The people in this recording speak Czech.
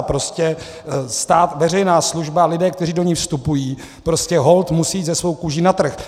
Prostě stát, veřejná služba, lidé, kteří do ní vstupují, prostě holt musí se svou kůži na trh.